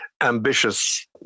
ambitious